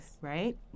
right